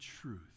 truth